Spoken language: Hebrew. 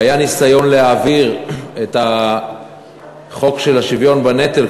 כשהיה ניסיון להעביר את חוק השוויון בנטל,